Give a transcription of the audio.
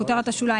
בכותרת השוליים,